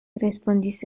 respondis